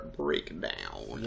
breakdown